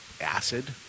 acid